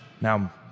Now